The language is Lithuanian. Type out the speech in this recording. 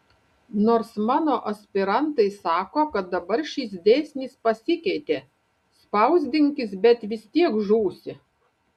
nors mano aspirantai sako kad dabar šis dėsnis pasikeitė spausdinkis bet vis tiek žūsi